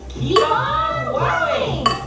keep on wowing